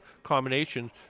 combination